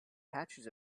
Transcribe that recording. patches